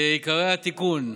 עיקרי התיקון,